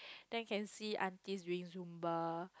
then can see aunties doing Zumba